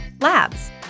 Labs